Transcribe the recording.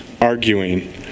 arguing